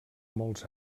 molts